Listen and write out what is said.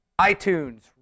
iTunes